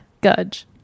Gudge